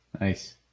nice